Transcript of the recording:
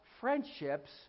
friendships